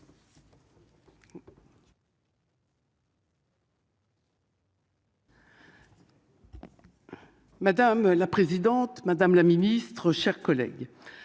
Madame la présidente, Madame la Ministre, mes chers collègues